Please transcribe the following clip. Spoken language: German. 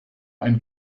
ein